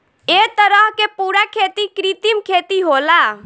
ए तरह के पूरा खेती कृत्रिम खेती होला